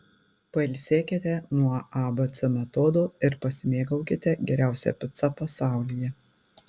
pailsėkite nuo abc metodo ir pasimėgaukite geriausia pica pasaulyje